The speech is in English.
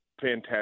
fantastic